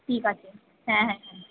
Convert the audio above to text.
ঠিক আছে হ্যাঁ হ্যাঁ হ্যাঁ